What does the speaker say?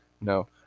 no